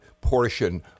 portion